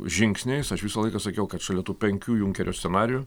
žingsniais aš visą laiką sakiau kad šalia tų penkių junkerio scenarijų